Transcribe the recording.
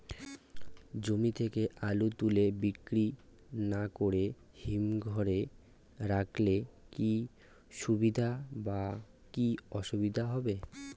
জমি থেকে আলু তুলে বিক্রি না করে হিমঘরে রাখলে কী সুবিধা বা কী অসুবিধা হবে?